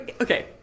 Okay